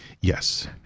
Yes